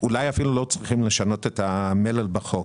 אולי לא צריכים לשנות את המלל בחוק.